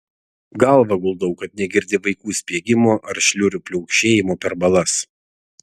galvą guldau kad negirdi vaikų spiegimo ar šliurių pliaukšėjimo per balas